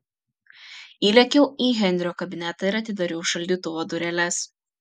įlėkiau į henrio kabinetą ir atidariau šaldytuvo dureles